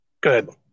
good